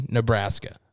Nebraska